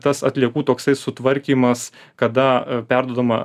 tas atliekų toksai sutvarkymas kada perduodama